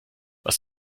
was